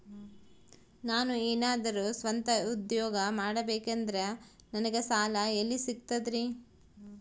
ನಾನು ಏನಾದರೂ ಸ್ವಂತ ಉದ್ಯೋಗ ಮಾಡಬೇಕಂದರೆ ನನಗ ಸಾಲ ಎಲ್ಲಿ ಸಿಗ್ತದರಿ?